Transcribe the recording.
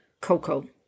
Coco